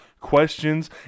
questions